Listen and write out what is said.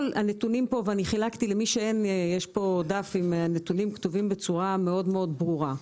חילקתי דף עם נתונים כתובים בצורה מאוד מאוד ברורה.